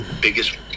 biggest